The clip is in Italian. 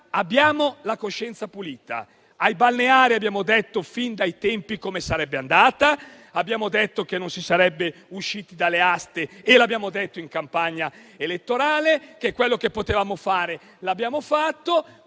abbiamo la coscienza pulita: ai balneari abbiamo detto fin dai tempi come sarebbe andata, abbiamo detto che non si sarebbe usciti dalle aste e lo abbiamo fatto in campagna elettorale; quello che potevamo fare lo abbiamo fatto;